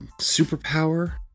superpower